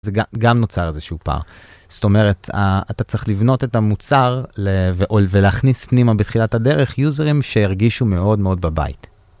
זה גם נוצר איזשהו פער, זאת אומרת אתה צריך לבנות את המוצר, ולהכניס פנימה בתחילת הדרך יוזרים שירגישו מאוד מאוד בבית.